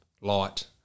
light